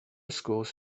schools